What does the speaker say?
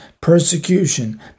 persecution